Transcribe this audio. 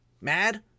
mad